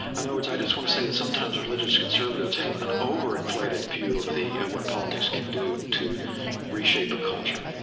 i know it's i just want to say that sometimes religious conservatives have an over-inflated view of the, of what politics can do to reshape a culture.